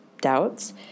doubts